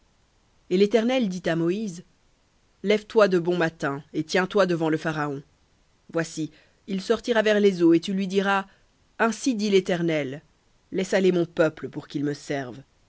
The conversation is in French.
et l'éternel dit à moïse lève-toi de bon matin et tiens-toi devant le pharaon voici il sortira vers l'eau et tu lui diras ainsi dit l'éternel laisse aller mon peuple pour qu'ils me servent